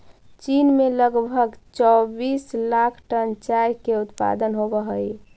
चीन में लगभग चौबीस लाख टन चाय के उत्पादन होवऽ हइ